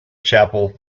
chapel